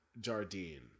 Jardine